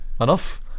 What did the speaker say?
enough